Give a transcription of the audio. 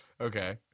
Okay